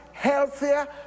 healthier